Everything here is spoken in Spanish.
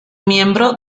miembro